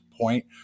point